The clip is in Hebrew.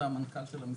זה המנכ"ל של המשרד.